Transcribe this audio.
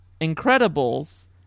Incredibles